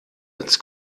als